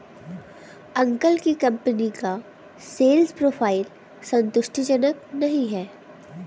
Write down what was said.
uncle की company का sales profile संतुष्टिजनक नही है